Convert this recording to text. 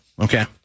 okay